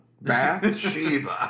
Bathsheba